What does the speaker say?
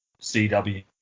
CW